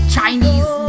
Chinese